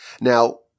Now